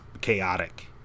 chaotic